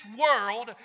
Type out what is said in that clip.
world